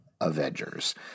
Avengers